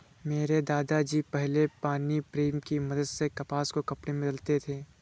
मेरे दादा जी पहले पानी प्रेम की मदद से कपास को कपड़े में बदलते थे